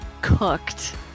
cooked